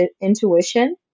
intuition